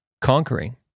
conquering